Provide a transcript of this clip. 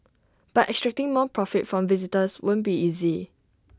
but extracting more profit from visitors won't be easy